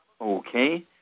Okay